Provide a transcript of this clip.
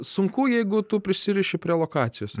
sunku jeigu tu prisiriši prie lokacijos